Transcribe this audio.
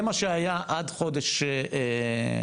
זה מה שהיה עד חודש אפריל,